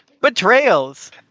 Betrayals